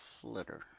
flitter